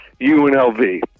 UNLV